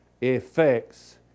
effects